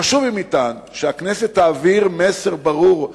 חשוב, אם ניתן, שהכנסת תעביר מסר ברור.